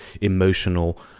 emotional